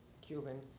Cuban